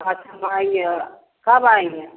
अच्छा हम आएंगे कब आएंगे